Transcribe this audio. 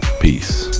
peace